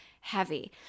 heavy